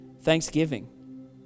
Thanksgiving